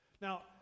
Now